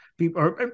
people